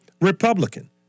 Republican